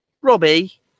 Robbie